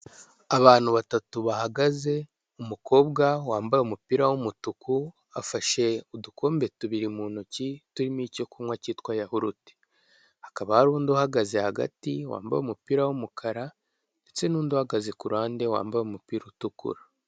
Abantu batatu bahagaze umukobwa wambaye umupira w'umutuku afashe udukombe tubiri mu ntoki turimo icyo kunywa cyitwa yahurute. Hakaba hari undi uhagaze hagati wambaye umupira w'umukara ndetse n'undi uhagaze ku ruhande wambaye umupira utukura.